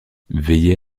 veiller